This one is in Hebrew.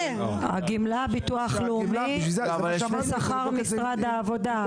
הגמלה, ביטוח לאומי ושכר משרד העבודה.